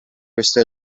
questo